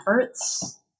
efforts